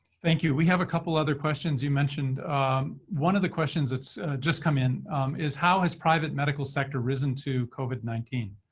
thank you. we have a couple other questions. you mentioned one of the questions that's just come in is, how has private medical sector risen to covid nineteen?